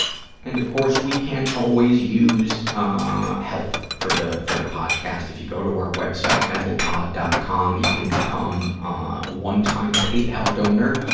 and of course, we can always use ah help for the for the podcast. if you go to our web site, mentalpod. com, you can become a one-time paypal donor,